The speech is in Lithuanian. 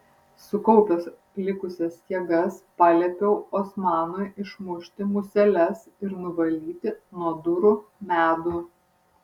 sukaupęs likusias jėgas paliepiau osmanui išmušti museles ir nuvalyti nuo durų medų